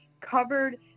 covered